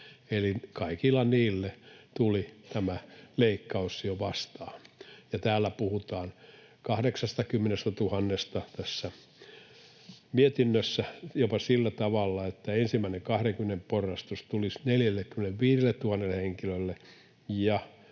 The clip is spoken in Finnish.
Eli kaikilla niillä tuli tämä leikkaus jo vastaan. Täällä mietinnössä puhutaan 80 000:sta, jopa sillä tavalla, että ensimmäinen, 20 prosentin porrastus tulisi 45 000 henkilölle